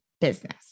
business